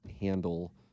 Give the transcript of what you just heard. handle